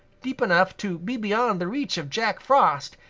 deep enough to be beyond the reach of jack frost,